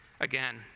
again